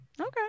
Okay